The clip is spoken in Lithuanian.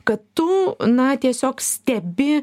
kad tu na tiesiog stebi